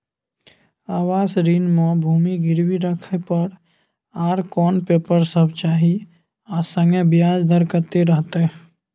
आवास ऋण म भूमि गिरवी राखै पर आर कोन पेपर सब चाही आ संगे ब्याज दर कत्ते रहते?